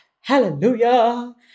hallelujah